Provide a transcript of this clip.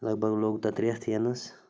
لگ بَگ لوٚگ تَتھ رٮ۪تھ یِنَس